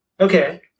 Okay